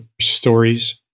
stories